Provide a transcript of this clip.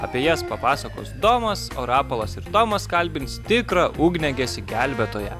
apie jas papasakos domas o rapolas ir tomas kalbins tikrą ugniagesį gelbėtoją